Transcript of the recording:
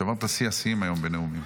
שברת את שיא השיאים היום בנאומים.